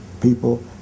people